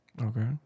Okay